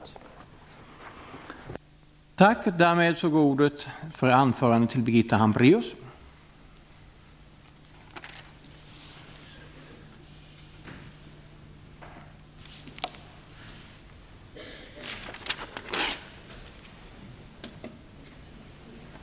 Jag är övertygad om att det gäller också andra som tillhör ja-sidan.